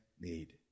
need